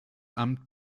amt